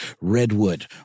redwood